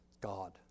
God